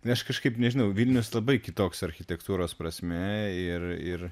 nes kažkaip nežinau vilnius labai kitoks architektūros prasme ir ir